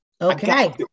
Okay